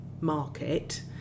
market